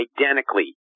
identically